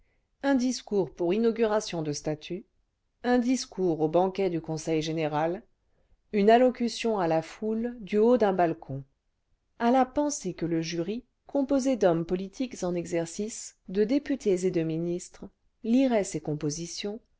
un discours pour inauguration de statue un discours au banquet du conseil général une allocution à la foule du haut d'un balcon a la pensée que le jury composé d'hommes politiques en exercice de députés et cle ministres lirait ses compositions